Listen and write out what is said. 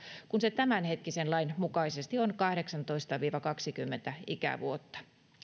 kun ikä tämänhetkisen lain mukaisesti on kahdeksantoista viiva kaksikymmentä vuotta